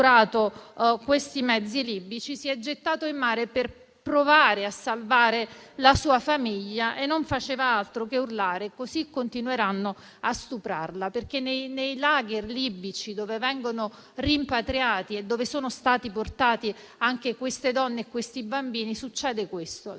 quei mezzi libici, si è gettato in mare per provare a salvare la sua famiglia e non faceva altro che urlare: così continueranno a stuprarla! Perché nei *lager* libici, dove vengono rimpatriati e dove sono stati portati anche quelle donne e quei bambini, succede questo: